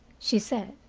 she said.